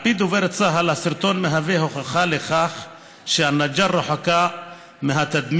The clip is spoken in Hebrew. על פי דובר צה"ל הסרטון מהווה הוכחה לכך שא-נג'אר רחוקה מהתדמית